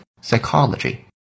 Psychology